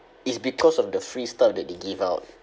it's because of the free stuff that they give out